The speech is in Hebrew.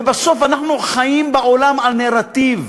ובסוף אנחנו חיים בעולם על נרטיב